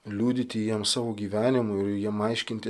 liudyti jiem savo gyvenimu ir jiem aiškinti